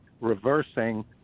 reversing